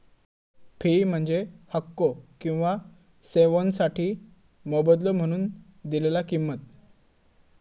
fee म्हणजे हक्को किंवा सेवोंसाठी मोबदलो म्हणून दिलेला किंमत